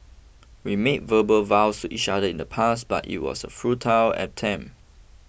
we made verbal vows to each other in the past but it was a futile attempt